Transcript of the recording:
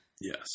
Yes